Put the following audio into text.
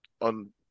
on